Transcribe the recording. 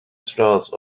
stars